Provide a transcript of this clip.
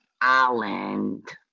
island